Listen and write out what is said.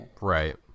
Right